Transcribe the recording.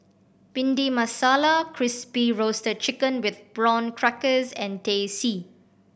Bhindi Masala Crispy Roasted Chicken with Prawn Crackers and Teh C